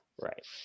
Right